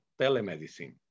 telemedicine